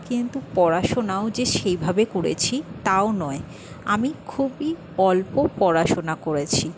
কিন্তু পড়াশোনাও যে সেইভাবে করেছি তাও নয় আমি খুবই অল্প পড়াশোনা করেছি